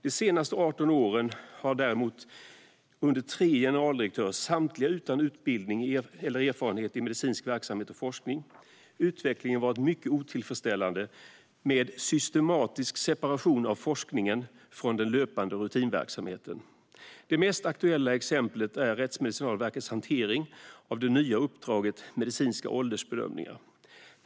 De senaste 18 åren har däremot under tre generaldirektörer, samtliga utan utbildning i eller erfarenhet av medicinsk verksamhet och forskning, utvecklingen varit mycket otillfredsställande, med systematisk segregering av forskning från den löpande rutinverksamheten. Det mest aktuella exemplet är RMVs hantering av det nya uppdraget medicinska åldersbedömningar.